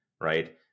right